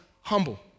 humble